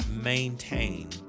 maintain